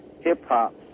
hip-hop